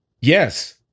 Yes